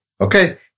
Okay